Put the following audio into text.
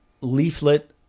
leaflet